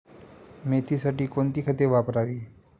मेथीसाठी कोणती खते वापरावी?